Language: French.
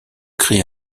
créer